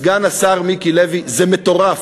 סגן השר מיקי לוי, זה מטורף,